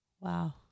Wow